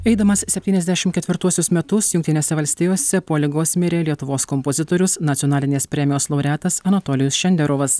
eidamas septyniasdešimt ketvirtuosius metus jungtinėse valstijose po ligos mirė lietuvos kompozitorius nacionalinės premijos laureatas anatolijus šenderovas